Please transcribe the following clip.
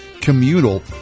communal